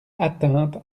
atteinte